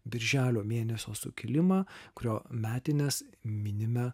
birželio mėnesio sukilimą kurio metines minime